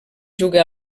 juga